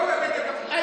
לא נגד המשטרה,